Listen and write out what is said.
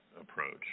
approach